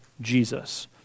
Jesus